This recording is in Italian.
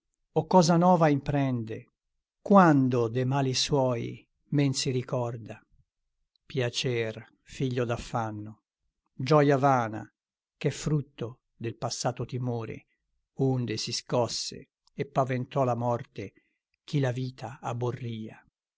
o cosa nova imprende quando de mali suoi men si ricorda piacer figlio d'affanno gioia vana ch'è frutto del passato timore onde si scosse e paventò la morte chi la vita abborria